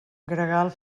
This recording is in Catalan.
gregal